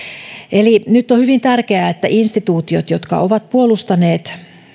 eli nyt on hyvin tärkeää että instituutiot jotka ovat puolustaneet